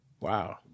Wow